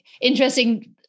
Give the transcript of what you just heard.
Interesting